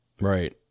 right